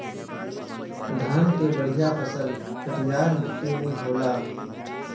धान के बढ़िया फसल करिया मट्टी में होला